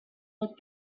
would